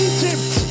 Egypt